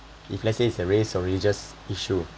if let's say it's a race or religious issue